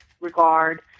regard